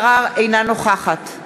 אנחנו עוברים להצבעה בקריאה שלישית.